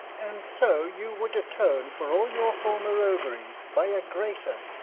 and so, you wou'd atone for all your former rogueries, by a greater,